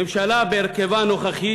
הממשלה בהרכבה הנוכחי